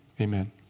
Amen